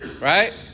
Right